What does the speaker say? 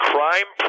Crime